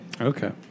Okay